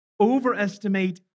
overestimate